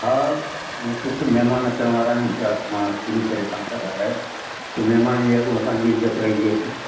हा कुझु महिमान अचण वारा आहिनि त मां इनकरे तव्हां सां ॻाल्हायो महिमाननि जे अॻु असांजी इज़त रहिजी अचे